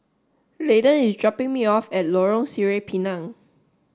Landen is dropping me off at Lorong Sireh Pinang